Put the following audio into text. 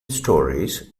stories